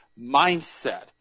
mindset